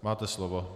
Máte slovo.